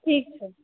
ठीक छै